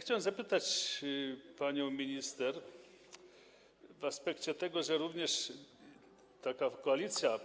Chciałem zapytać panią minister w aspekcie tego, że również koalicja